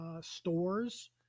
stores